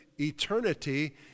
eternity